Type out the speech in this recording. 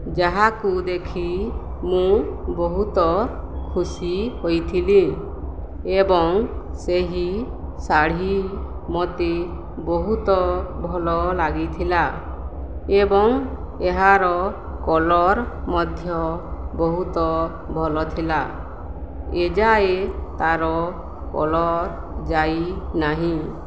ଯାହାକୁ ଦେଖି ମୁଁ ବହୁତ ଖୁସି ହୋଇଥିଲି ଏବଂ ସେହି ଶାଢ଼ୀ ମତେ ବହୁତ ଭଲ ଲାଗିଥିଲା ଏବଂ ଏହାର କଲର୍ ମଧ୍ୟ ବହୁତ ଭଲଥିଲା ଏଯାଏ ତାର କଲର୍ ଯାଇନାହିଁ